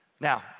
Now